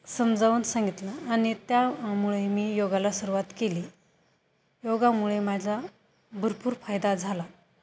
समजावून सांगितलं आणि त्यामुळे मी योगाला सुरवात केली योगामुळे माझा भरपूर फायदा झाला